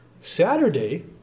Saturday